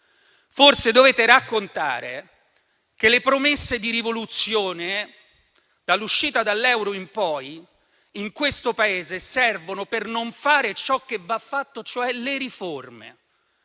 Forse dovete raccontare che le promesse di rivoluzione, dall'uscita dall'euro in poi, in questo Paese servono per non fare ciò che va fatto, cioè le riforme,